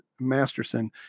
Masterson